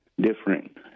different